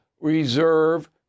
reserve